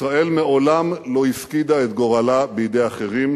ישראל מעולם לא הפקידה את גורלה בידי אחרים,